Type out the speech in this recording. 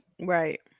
right